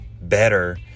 better